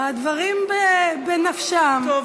הדברים בנפשם, חושבים.